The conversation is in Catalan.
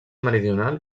meridional